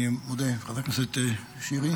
אני מודה לחבר הכנסת שירי